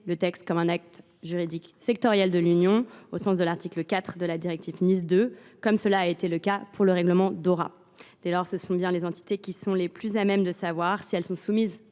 le texte comme un acte juridique sectoriel de l’Union, au sens de l’article 4 de la directive NIS 2, comme cela a été le cas pour le règlement Dora. Dès lors, les entités sont les plus à même de savoir si elles sont soumises